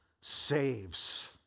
saves